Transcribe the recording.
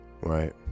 right